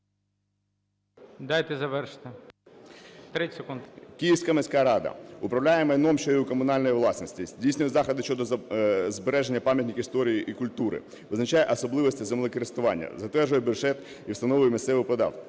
АЛЄКСЄЄВ С.О. Київська міська рада управляє майном ще й комунальної власності, здійснює заходи щодо збереження пам'яток історії і культури, визначає особливості землекористування, затверджує бюджет і встановлює місцеві податки.